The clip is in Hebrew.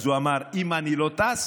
אז הוא אמר: אם אני לא טס,